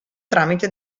tramite